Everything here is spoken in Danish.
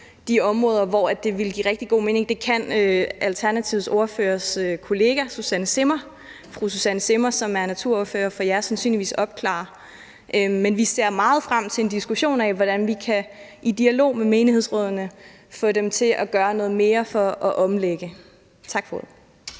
de områder, hvor det ville give rigtig god mening. Det kan Alternativets ordførers kollega fru Susanne Zimmer, som er naturordfører for jer, sandsynligvis opklare. Men vi ser meget frem til en diskussion af, hvordan vi i dialog med menighedsrådene kan få dem til at gøre noget mere for at omlægge. Tak for ordet.